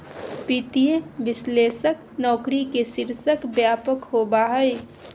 वित्तीय विश्लेषक नौकरी के शीर्षक व्यापक होबा हइ